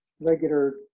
regular